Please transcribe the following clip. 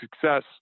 success